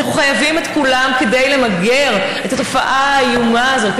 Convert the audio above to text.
אנחנו חייבים את כולם כדי למגר את התופעה האיומה הזאת,